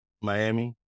Miami